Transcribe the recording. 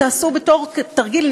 תעשו בתור תרגיל,